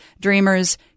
DREAMers